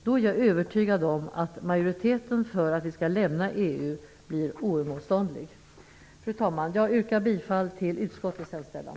Jag är övertygad om att majoriteten för att vi skall lämna EU då blir oemotståndlig. Fru talman! Jag yrkar bifall till utskottets hemställan.